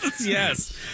Yes